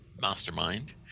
Mastermind